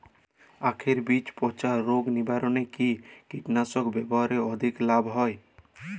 আঁখের বীজ পচা রোগ নিবারণে কি কীটনাশক ব্যবহারে অধিক লাভ হয়?